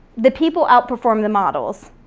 the people outperformed the models.